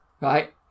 Right